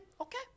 okay